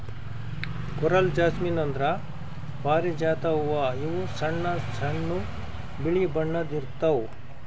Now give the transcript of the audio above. coral jasmine ಅಂದ್ರ ಪಾರಿಜಾತ ಹೂವಾ ಇವು ಸಣ್ಣ್ ಸಣ್ಣು ಬಿಳಿ ಬಣ್ಣದ್ ಇರ್ತವ್